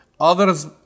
Others